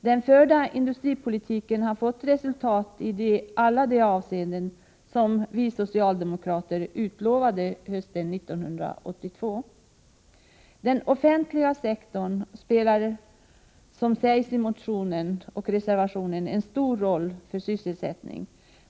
Den förda industripolitiken har medfört resultat i alla de avseenden som vi socialdemokrater utlovade hösten 1982. Den offentliga sektorn spelar, som sägs i motionen och reservationen, en stor roll för sysselsättningen.